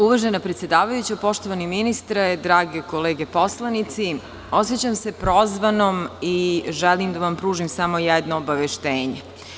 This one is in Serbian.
Uvažena predsedavajuća, poštovani ministre, drage kolege poslanici, osećam se prozvanom i želim da vam pružim samo jedno obaveštenje.